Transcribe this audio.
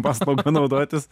paslauga naudotis